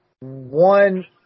One